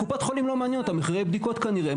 את קופת החולים לא מעניינים מחירי בדיקות כנראה.